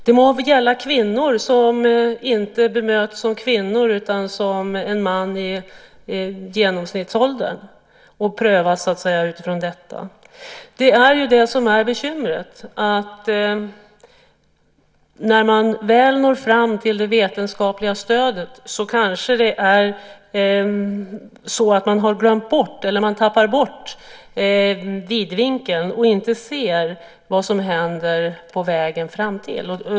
Det må gälla kvinnor som inte bemöts som kvinnor utan som män i genomsnittsåldern, och som vårdas utifrån detta. Problemet är ju att när man väl når fram till det vetenskapliga stödet har man kanske glömt bort eller tappat bort vidvinkeln och ser inte vad som händer på vägen framför sig.